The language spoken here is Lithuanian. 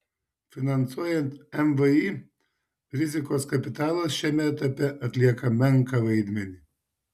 finansuojant mvį rizikos kapitalas šiame etape atlieka menką vaidmenį